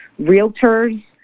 realtors